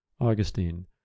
augustine